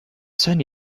sunny